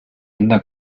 linda